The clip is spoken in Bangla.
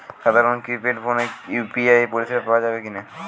সাধারণ কিপেড ফোনে ইউ.পি.আই পরিসেবা পাওয়া যাবে কিনা?